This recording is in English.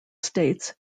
states